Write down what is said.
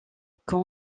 camp